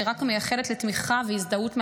שרק מייחלת לתמיכה והזדהות מהמדינה,